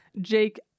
Jake